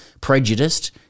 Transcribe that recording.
prejudiced